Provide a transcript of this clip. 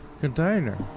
container